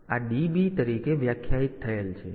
તેથી આ DB તરીકે વ્યાખ્યાયિત થયેલ છે